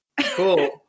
Cool